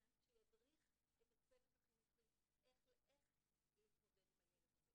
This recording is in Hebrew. כל שידריך את הצוות החינוכי איך להתמודד עם הילד הזה,